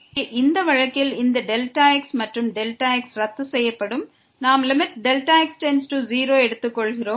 எனவே இந்த வழக்கில் இந்த Δx மற்றும் Δx ரத்து செய்யப்படும் நாம் x→0 எடுத்துக் கொள்கிறோம்